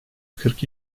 kırk